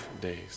days